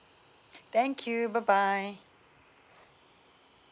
thank you bye bye